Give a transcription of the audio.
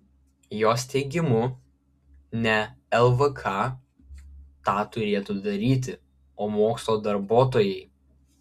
jos teigimu ne lvk tą turėtų daryti o mokslo darbuotojai